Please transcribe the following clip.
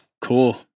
Cool